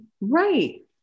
right